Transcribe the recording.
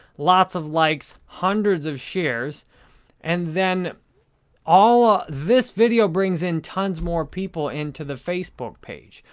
lots of likes, hundreds of shares and then all this video brings in tons more people into the facebook page.